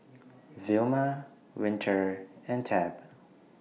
Vilma Winter and Tab